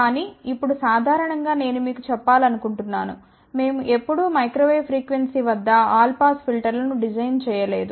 కానీ ఇప్పుడు సాధారణం గా నేను మీకు చెప్పాలనుకుంటున్నాను మేము ఎప్పుడూ మైక్రో వేవ్ ఫ్రీక్వెన్సీ వద్ద ఆల్ పాస్ ఫిల్టర్ లను డిజైన్ చేయలేదు